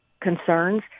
concerns